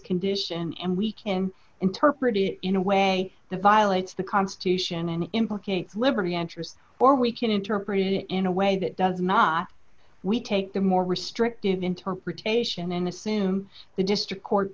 condition and we can interpret it in a way that violates the constitution and implicates liberty interest or we can interpret it in a way that does not we take the more restrictive interpretation and assume the district court